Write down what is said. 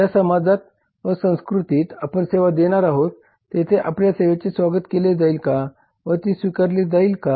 ज्या समाजात व संस्कृतीत आपण सेवा देणार आहोत तेथे आपल्या सेवेचे स्वागत केले जाईल का व ती स्वीकारली जाईल का